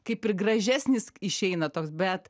kaip ir gražesnis išeina toks bet